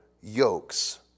yokes